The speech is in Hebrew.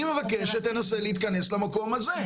אני מבקש שתנסה להתכנס למקום הזה.